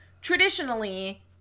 traditionally